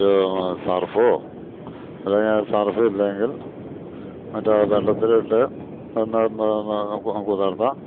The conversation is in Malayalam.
ഒരു സർഫോ അല്ലെങ്കിൽ സർഫില്ലെങ്കിൽ മറ്റേ വെള്ളത്തിലിട്ട് ഒന്ന് ഒന്ന് കുതിർത്താൽ